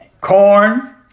corn